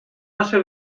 наше